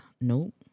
Nope